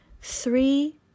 three